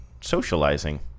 socializing